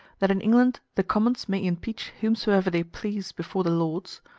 that in england the commons may impeach whomsoever they please before the lords,